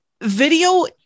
Video